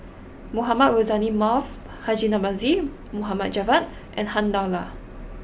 Mohamed Rozani Maarof Haji Namazie Mohd Javad and Han Lao Da